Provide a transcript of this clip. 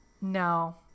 No